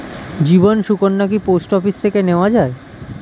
জীবন সুকন্যা কি post office থেকে নেওয়া যায়?